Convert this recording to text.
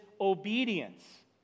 obedience